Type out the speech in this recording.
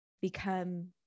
become